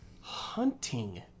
hunting